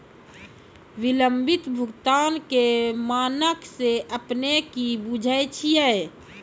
विलंबित भुगतान के मानक से अपने कि बुझै छिए?